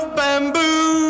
bamboo